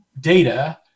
data